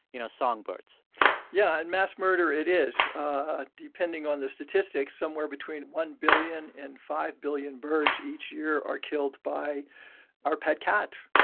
you know, songbirds yeah, and mass murder it is. ah depending on the statistics, somewhere between one billion and five billion birds each year are killed by our pet cats.